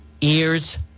ears